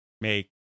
make